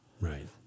Right